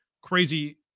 crazy